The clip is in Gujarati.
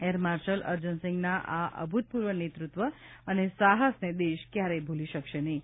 એર માર્શલ અર્જનસિંઘનાં આ અભૂતપૂર્વ નેતૃત્વ અને સાહસને દેશ ક્યારેય ભૂલી શકશે નહીં